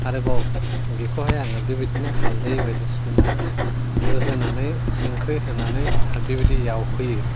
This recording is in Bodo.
आरोबाव बेखौहाय आङो बेबायदिनो हालदै बायदिसिना होहोनानै संख्रि होनानै बेबायदि एवहोयो